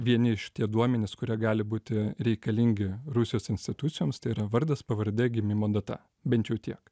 vieni šitie duomenys kurie gali būti reikalingi rusijos institucijoms tai yra vardas pavardė gimimo data bent jau tiek